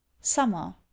Summer